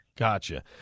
Gotcha